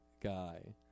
guy